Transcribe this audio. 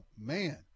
Man